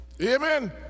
Amen